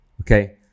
Okay